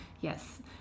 yes